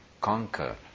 conquer